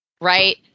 right